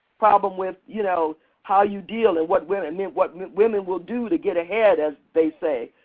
problem with you know how you deal and what women i mean what women will do to get ahead, as they say.